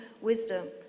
wisdom